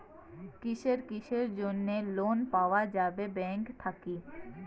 কিসের কিসের জন্যে লোন পাওয়া যাবে ব্যাংক থাকি?